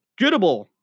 Goodable